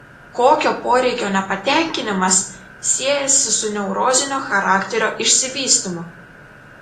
kokio poreikio nepatenkinimas siejasi su neurozinio charakterio išsivystymu